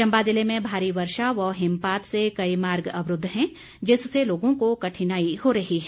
चंबा जिले में भारी वर्षा व हिमपात से कई मार्ग अवरूद्ध हैं जिससे लोगों को कठिनाई हो रही है